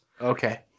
Okay